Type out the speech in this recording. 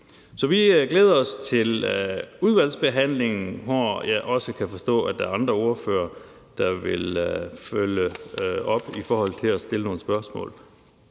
Så vi glæder os til udvalgsbehandlingen, hvor jeg også kan forstå der er andre ordførere der vil følge op i forhold til at stille nogle spørgsmål.